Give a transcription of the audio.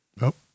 Nope